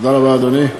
תודה רבה, אדוני.